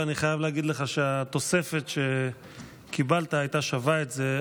ואני חייב להגיד לך שהתוספת שקיבלת הייתה שווה את זה.